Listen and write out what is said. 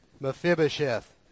Mephibosheth